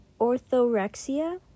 orthorexia